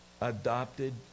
adopted